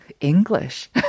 English